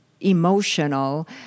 emotional